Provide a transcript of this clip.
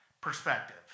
perspective